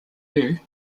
lew